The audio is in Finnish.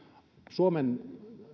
suomen